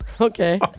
Okay